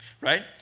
right